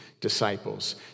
disciples